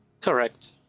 Correct